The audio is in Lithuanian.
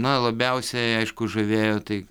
na labiausiai aišku žavėjo tai